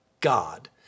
God